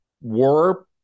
war